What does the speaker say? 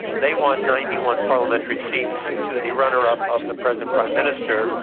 they won ninety one parliamentary seats to the runner-up of the present prime minister,